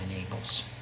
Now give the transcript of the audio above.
enables